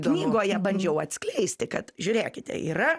knygoje bandžiau atskleisti kad žiūrėkite yra